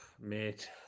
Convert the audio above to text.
mate